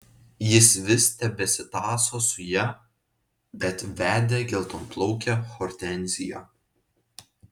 jis vis tebesitąso su ja bet vedė geltonplaukę hortenziją